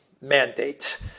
mandate